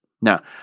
Now